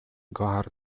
guard